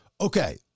Okay